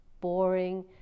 boring